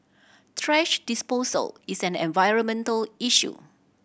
thrash disposal is an environmental issue